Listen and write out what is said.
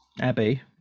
Abby